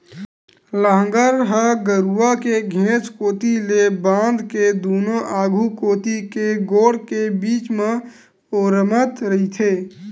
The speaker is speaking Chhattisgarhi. लांहगर ह गरूवा के घेंच कोती ले बांध के दूनों आघू कोती के गोड़ के बीच म ओरमत रहिथे